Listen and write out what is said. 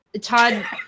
Todd